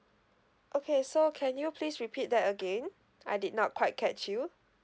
okay so can you please repeat that again I did not quite catch you